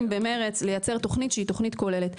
במרץ לייצר תוכנית שהיא תוכנית כוללת.